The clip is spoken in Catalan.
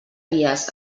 dies